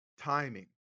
timing